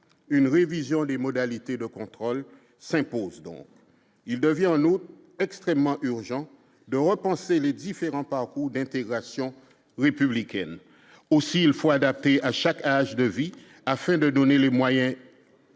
une révision des modalités de contrôle s'impose, dont il devient l'autre extrêmement urgent de repenser les différents parcours d'intégration républicaine aussi, il faut adapter à chaque âge de vie afin de donner les moyens à chacun